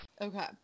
okay